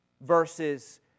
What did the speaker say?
...versus